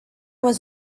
was